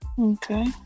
Okay